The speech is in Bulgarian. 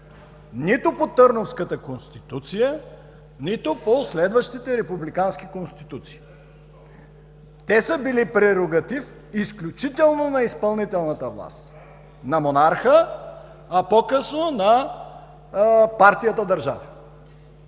нито по Търновската конституция, нито по следващите републикански конституции. Те са били прерогатив изключително на изпълнителната власт – на монарха, а по-късно на партията-държава.